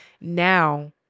now